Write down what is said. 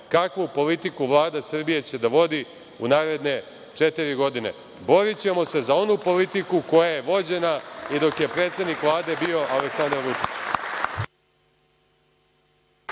kakvu politiku Vlada Srbije će da vodi u naredne četiri godine. Borićemo se za onu politiku koja je vođena i dok je predsednik Vlade bio Aleksandar Vučić.